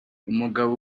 umugabo